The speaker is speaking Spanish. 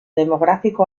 demográfico